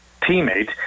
teammate